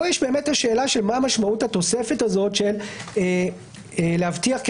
פה יש באמת את השאלה של מה משמעות התוספת הזאת של "להבטיח כי